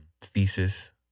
thesis